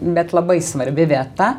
bet labai svarbi vieta